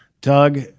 Doug